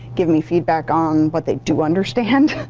give me feedback on what they do understand